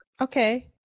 okay